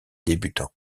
débutants